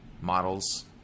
models